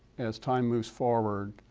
as time moves forward,